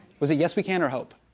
was it yes we can or hope?